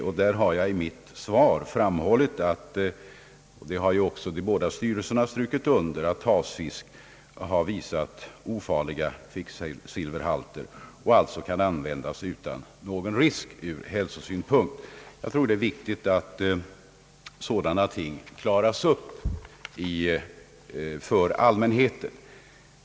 I svaret har jag också framhållit — detta har för övrigt påpekats av de båda nämnda styrelserna — att havsfisk håller ofarliga kvicksilverhalter och därför kan användas utan risk ur hälsosynpunkt. Jag tror att det är viktigt att sådana ting klarläggs för allmänheten.